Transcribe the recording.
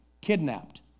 kidnapped